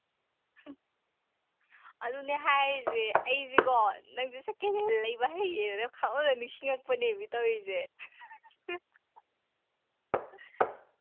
ꯑꯗꯨꯅꯦ ꯍꯥꯏꯔꯤꯁꯦ ꯑꯩꯁꯤ ꯀꯣ ꯅꯪꯁꯦ ꯁꯦꯀꯦꯟ ꯍꯦꯟ ꯂꯩꯕ ꯍꯩꯌꯦꯅ ꯈꯪꯍꯧꯗꯅ ꯅꯤꯡꯁꯤꯡꯉꯛꯄꯅꯦꯃꯤ ꯇꯧꯔꯤꯁꯦ